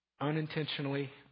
Unintentionally